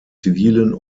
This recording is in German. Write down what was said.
zivilen